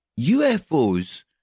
UFOs